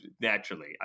Naturally